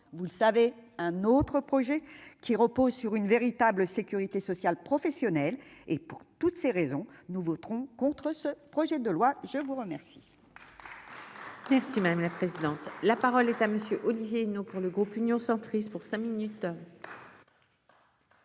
vous le savez, un autre projet qui repose sur une véritable sécurité sociale professionnelle et pour toutes ces raisons, nous voterons contre ce projet de loi, je vous remercie. Si, si, madame la présidente. La parole est à monsieur Olivier nos pour le groupe Union centriste pour cinq minutes.